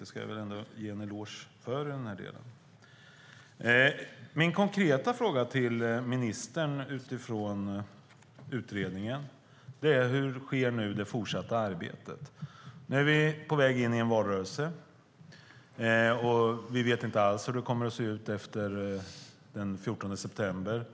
Det ska jag ändå ge en eloge för. Min konkreta fråga till ministern utifrån utredningen är hur det fortsatta arbetet nu sker. Vi är på väg in i en valrörelse, och vi vet inte alls hur det kommer att se ut efter den 14 september